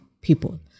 people